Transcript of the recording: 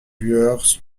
lueurs